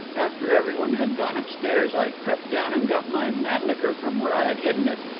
after every one had gone upstairs, i crept down and got my mannlicher from where i had hidden it,